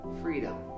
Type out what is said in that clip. freedom